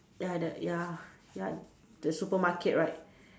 ya the ya ya the supermarket right